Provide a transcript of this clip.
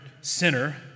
sinner